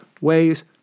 ways